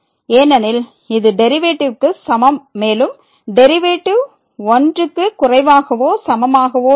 ஏனெனில் இது டெரிவேட்டிவ்க்கு சமம் மேலும் டெரிவேட்டிவ் 1 க்கு குறைவாகவோ சமமாகவோ இருக்கும்